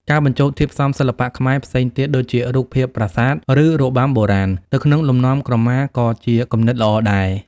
ការបញ្ចូលធាតុផ្សំសិល្បៈខ្មែរផ្សេងទៀត ដូចជារូបភាពប្រាសាទ ឬរបាំបុរាណ ទៅក្នុងលំនាំក្រមា ក៏ជាគំនិតល្អដែរ។